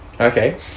Okay